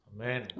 Amen